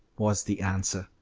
was the answer.